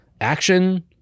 action